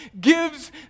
gives